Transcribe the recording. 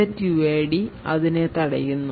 setuid അതിനെ തടയുന്നു